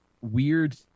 weird